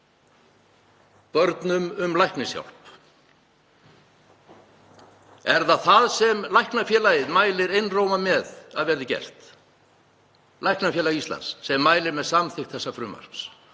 börnum um læknishjálp — er það það sem Læknafélagið mælir einróma með að verði gert, Læknafélag Íslands sem mælir með samþykkt þessa frumvarps,